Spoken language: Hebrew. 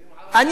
בדיוק.